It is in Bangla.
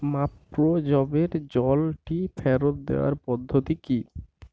মাপ্রো যবের জলটি ফেরত দেওয়ার পদ্ধতি কী